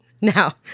now